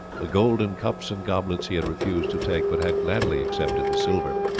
the golden cups and goblets he had refused to take, but had gladly accepted the silver.